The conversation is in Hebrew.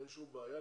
אין שום בעיה,